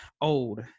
old